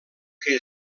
que